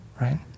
right